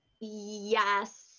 Yes